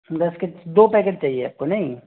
दस के दो पैकेट चाहिए आप को नहीं